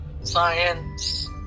science